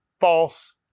false